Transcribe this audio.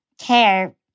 care